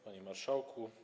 Panie Marszałku!